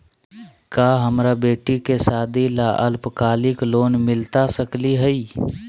का हमरा बेटी के सादी ला अल्पकालिक लोन मिलता सकली हई?